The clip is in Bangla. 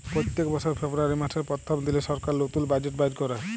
প্যত্তেক বসর ফেব্রুয়ারি মাসের পথ্থম দিলে সরকার লতুল বাজেট বাইর ক্যরে